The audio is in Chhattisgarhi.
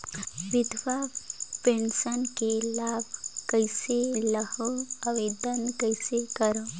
विधवा पेंशन के लाभ कइसे लहां? आवेदन कइसे करव?